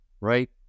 right